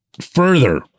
further